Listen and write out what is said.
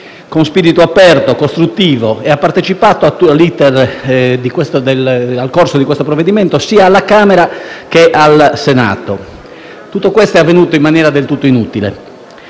con spirito aperto, costruttivo, partecipando all'*iter* del provvedimento sia alla Camera che al Senato. Ebbene, tutto questo è avvenuto in maniera del tutto inutile.